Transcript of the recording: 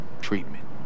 treatment